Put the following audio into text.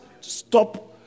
stop